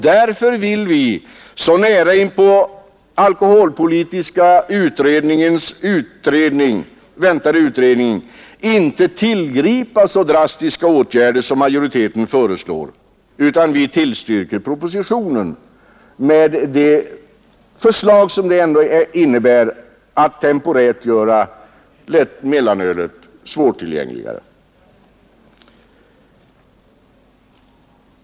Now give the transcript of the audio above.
Därför vill vi så nära inpå alkoholpolitiska utredningens väntade betänkande inte tillgripa så drastiska åtgärder som majoriteten föreslår utan tillstyrker propositionens förslag, som ändå innebär att man temporärt gör mellanölet svårtillgängligare.